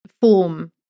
form